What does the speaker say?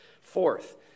Fourth